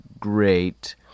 great